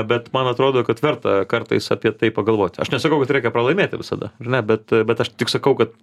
bet man atrodo kad verta kartais apie tai pagalvot aš nesakau kad reikia pralaimėti visada ar ne bet bet aš tik sakau kad